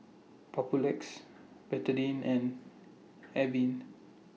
Papulex Betadine and Avene